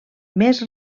més